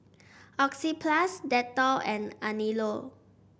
Oxyplus Dettol and Anello